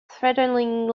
threatening